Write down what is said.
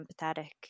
empathetic